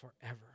forever